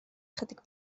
ychydig